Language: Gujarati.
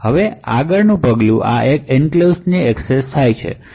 હવે આગળનું પગલું આ એક એન્ક્લેવ્સ ની એક્સેસ છે